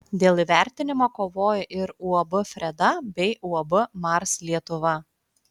dėl įvertinimo kovojo ir uab freda bei uab mars lietuva